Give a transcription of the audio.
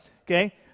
Okay